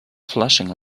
flashing